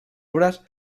obras